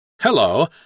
Hello